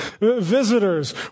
Visitors